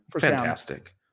Fantastic